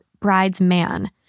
bridesman